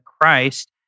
Christ